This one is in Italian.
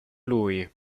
lui